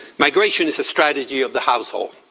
migration is a strategy of the household.